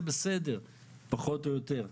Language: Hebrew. זה בסדר פחות או יותר.